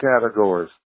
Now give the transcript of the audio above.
categories